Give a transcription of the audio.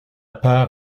peur